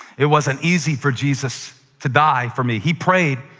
it wasn't easy for jesus to die for me. he prayed,